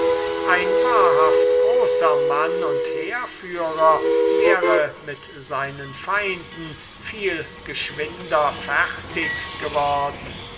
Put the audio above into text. ein wahrhaft großer mann und heerführer wäre mit seinen feinden viel geschwinder fertig geworden